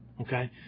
okay